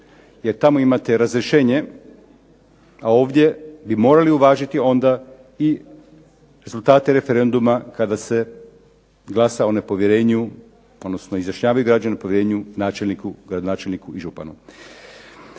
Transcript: Jer tamo imate razrješenje, a ovdje bi morali uvažiti onda i rezultate referenduma kada se glasa o nepovjerenju, odnosno izjašnjavaju građani o povjerenju načelniku, gradonačelniku i županu.